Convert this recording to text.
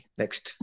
next